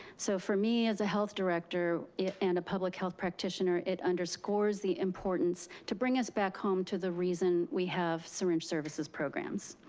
so for me as a health director and a public health practitioner, it underscores the importance to bring us back home to the reason we have syringe services programs.